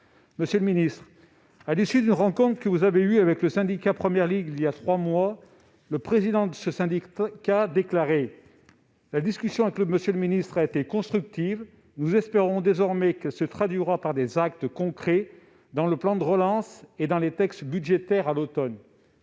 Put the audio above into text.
Monsieur le ministre, à l'issue d'une rencontre que vous avez eue avec le syndicat Première Ligue il y a trois mois, son président a déclaré :« La discussion avec M. le ministre a été constructive. Nous espérons désormais qu'elle se traduira par des actes concrets dans le plan de relance et dans les textes budgétaires à l'automne. »